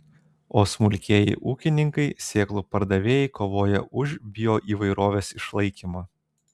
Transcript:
o smulkieji ūkininkai sėklų pardavėjai kovoja už bioįvairovės išlaikymą